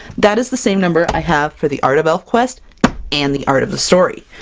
that is the same number i have for the art of elfquest and the art of the story.